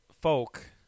folk